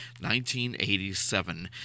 1987